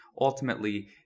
ultimately